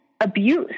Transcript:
abuse